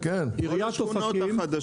נותן.